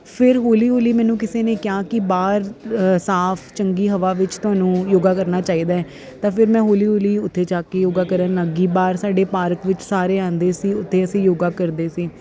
ਫਿਰ ਹੌਲੀ ਹੌਲੀ ਮੈਨੂੰ ਕਿਸੇ ਨੇ ਕਿਹਾ ਕਿ ਬਾਹਰ ਸਾਫ਼ ਚੰਗੀ ਹਵਾ ਵਿੱਚ ਤੁਹਾਨੂੰ ਯੋਗਾ ਕਰਨਾ ਚਾਹੀਦਾ ਹੈ ਤਾਂ ਫਿਰ ਮੈਂ ਹੌਲੀ ਹੌਲੀ ਉੱਥੇ ਜਾ ਕੇ ਯੋਗਾ ਕਰਨ ਲੱਗ ਗਈ ਬਾਹਰ ਸਾਡੇ ਪਾਰਕ ਵਿੱਚ ਸਾਰੇ ਆਉਂਦੇ ਸੀ ਉੱਥੇ ਅਸੀਂ ਯੋਗਾ ਕਰਦੇ ਸੀ